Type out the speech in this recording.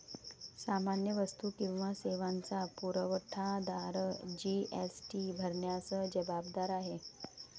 सामान्य वस्तू किंवा सेवांचा पुरवठादार जी.एस.टी भरण्यास जबाबदार आहे